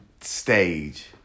stage